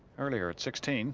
earlier at sixteen